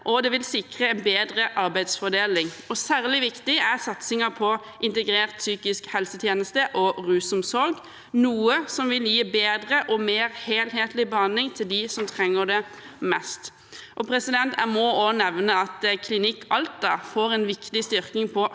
og sikre en bedre arbeidsfordeling. Særlig viktig er satsingen på integrert psykisk helsetjeneste og rusomsorg, noe som vil gi bedre og mer helhetlig behandling til dem som trenger det mest. Jeg må også nevne at Klinikk Alta får en viktig styrking på